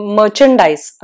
merchandise